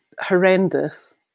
horrendous